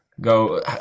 go